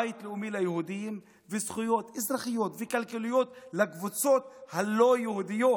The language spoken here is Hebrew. בית לאומי ליהודים וזכויות אזרחיות וכלכליות לקבוצות הלא-יהודיות,